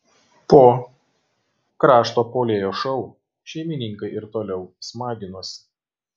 po krašto puolėjo šou šeimininkai ir toliau smaginosi